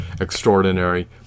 extraordinary